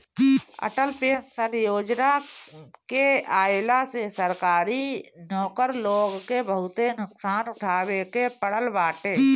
Atal pension योजना के आईला से सरकारी नौकर लोग के बहुते नुकसान उठावे के पड़ल बाटे